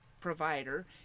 provider